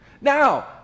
now